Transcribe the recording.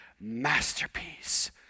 masterpiece